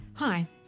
Hi